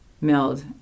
milled